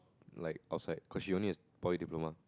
like outside cause she only has poly diploma